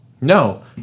No